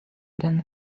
then